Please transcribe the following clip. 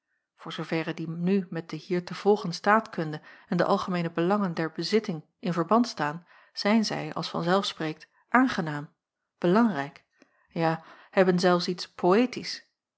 voor zooverre die nu met de hier te volgen staatkunde en de algemeene belangen der bezitting in verband staan zijn zij als van zelf spreekt aangenaam belangrijk ja hebben zelfs iets poëtisch